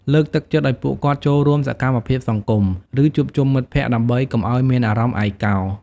លើកទឹកចិត្តឱ្យពួកគាត់ចូលរួមសកម្មភាពសង្គម ឬជួបជុំមិត្តភក្តិ ដើម្បីកុំឱ្យមានអារម្មណ៍ឯកោ។